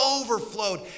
overflowed